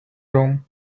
room